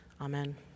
Amen